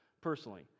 personally